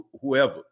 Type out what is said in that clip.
whoever